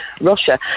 Russia